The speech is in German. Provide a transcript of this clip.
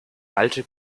alte